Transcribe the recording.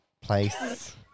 place